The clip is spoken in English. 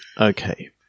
Okay